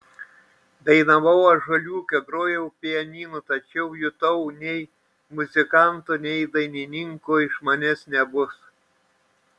dainavau ąžuoliuke grojau pianinu tačiau jutau nei muzikanto nei dainininko iš manęs nebus